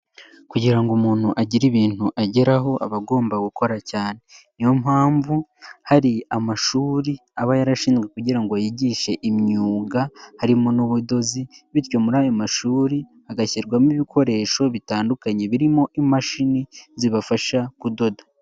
Kugira ngo umuntu agire ibintu ageraho aba agomba gukora cyane. Niyo mpamvu hari amashuri aba yarashinzwe kugira ngo yigishe imyuga harimo n'ubudozi bityo muri ayo mashuri hagashyirwamo ibikoresho bitandukanye birimo imashini zibafasha kudoda.